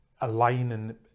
aligning